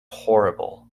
horrible